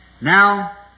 Now